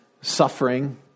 suffering